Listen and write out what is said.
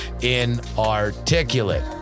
inarticulate